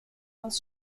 aus